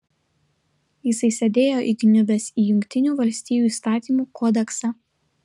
jisai sėdėjo įkniubęs į jungtinių valstijų įstatymų kodeksą